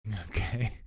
Okay